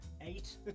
Eight